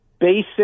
basic